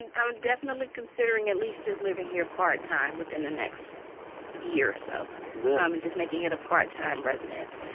and i'm definitely considering at least just living here part time within the next year or so really? um and just making it a part-time residence.